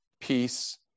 peace